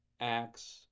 acts